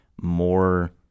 more